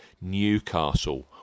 Newcastle